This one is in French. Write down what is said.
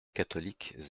catholiques